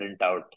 printout